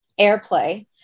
airplay